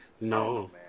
No